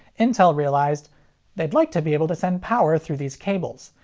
intel realized they'd like to be able to send power through these cables,